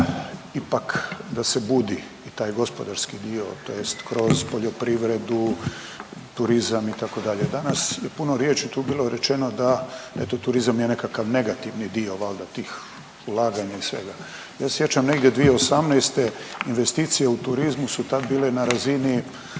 ipak da se budi taj gospodarski dio tj. kroz poljoprivredu, turizam itd., danas je puno riječi tu bilo rečeno da je to turizam je nekakav negativni dio valda tih ulaganja i svega. Ja se sjećam negdje 2018. investicije u turizmu su tad bile na razini